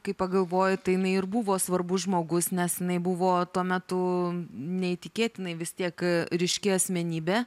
kai pagalvoji tai jinai ir buvo svarbus žmogus nes jinai buvo tuo metu neįtikėtinai vis tiek ryški asmenybė